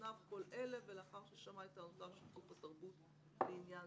בפניו כל אלה ולאחר ששמע את טענותיו של גוף התרבות לעניין